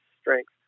strength